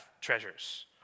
treasures